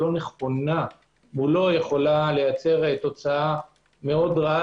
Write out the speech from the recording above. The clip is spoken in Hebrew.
לא נכונה מולו יכולה לייצר תוצאה רעה